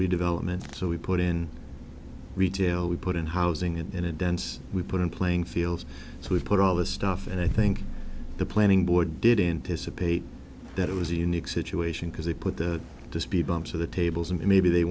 redevelopment so we put in retail we put in housing and in a dense we put in playing fields so we put all this stuff and i think the planning board did intice a paper that was a unique situation because they put the speed bumps to the tables and maybe they